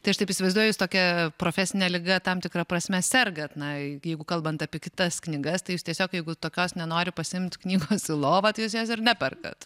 tai aš taip įsivaizduoju jūs tokia profesine liga tam tikra prasme sergat na jeigu kalbant api kitas knygas tai jūs tiesiog jeigu tokios nenori pasiimt knygos į lovą tai jūs jos dar neperkat